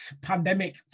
Pandemic